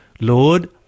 Lord